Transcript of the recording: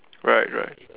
right right